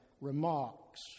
remarks